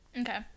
Okay